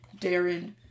Darren